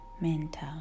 mental